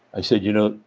i said, you know,